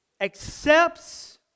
accepts